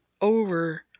over